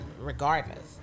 regardless